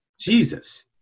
Jesus